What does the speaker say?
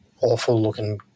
awful-looking